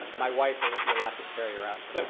my wife, that would be a lot to carry around for